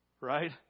Right